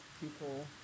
people